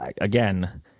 Again